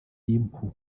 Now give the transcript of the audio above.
impu